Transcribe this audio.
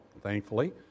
thankfully